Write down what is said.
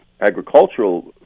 agricultural